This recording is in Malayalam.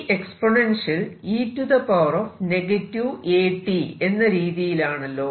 ഈ എക്സ്പൊനെൻഷ്യൽ e At എന്ന രീതിയിലാണല്ലോ